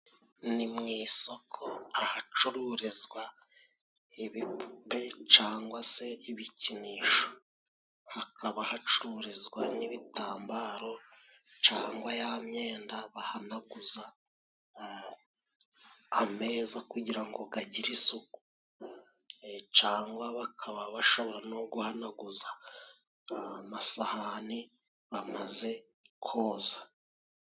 Ni mu isoko ahacururizwa ibipupe cyangwa se ibikinisho, hakaba hacururizwa n'ibitambaro, cyangwa ya myenda bahanaguza ameza kugira ngo agire isuku, cyangwa bakaba bashobora no guhanaguza amasahani bamaze koza.